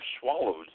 swallowed